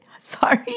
Sorry